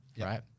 right